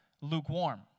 lukewarm